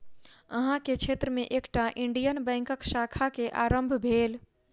अहाँ के क्षेत्र में एकटा इंडियन बैंकक शाखा के आरम्भ भेल